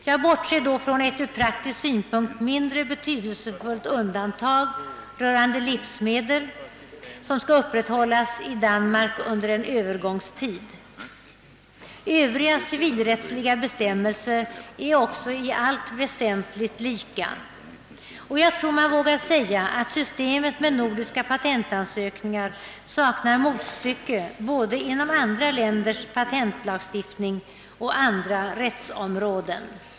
Jag bortser då från ett ur pråktisk synpunkt mindre betydelsefullt undantag rörande livsmedel vilket skall upprätthållas i Danmark under en Öövergångstid. Övriga civilrättsliga bestämmelser är också i allt väsentligt lika. Jag tror man vågar säga att systemet med nordiska patentansökningar saknar motstycke både inom andra länders patentlagstiftning och inom andra rättsområden.